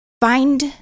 find